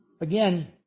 Again